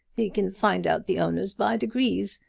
he can find out the owners by degrees,